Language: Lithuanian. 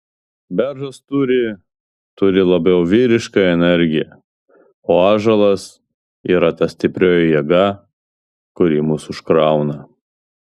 beržas turi turi labiau vyrišką energiją o ąžuolas yra ta stiprioji jėga kuri mus užkrauna